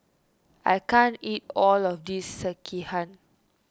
I can't eat all of this Sekihan